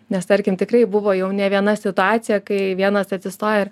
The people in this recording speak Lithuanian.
nes tarkim tikrai buvo jau ne viena situacija kai vienas atsistoja ir